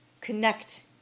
connect